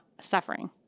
suffering